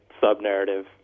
sub-narrative